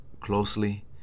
closely